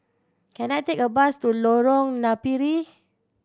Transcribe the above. can I take a bus to Lorong Napiri